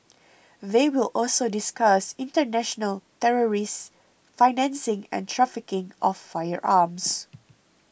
they will also discuss international terrorist financing and trafficking of firearms